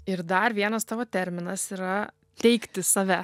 ir dar vienas tavo terminas yra teigti save